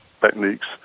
techniques